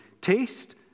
Taste